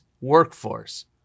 workforce